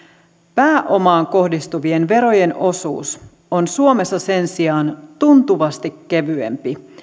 pääomaan kohdistuvien verojen osuus on suomessa sen sijaan tuntuvasti kevyempi